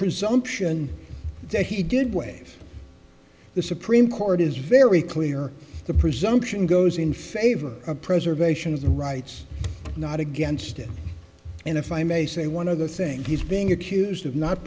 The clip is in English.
presumption that he did way the supreme court is very clear the presumption goes in favor of preservation of the rights not against it and if i may say one other thing he's being accused of not